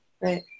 Right